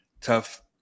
Tough